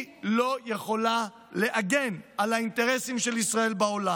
היא לא יכולה להגן על האינטרסים של ישראל בעולם.